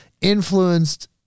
influenced